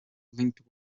linked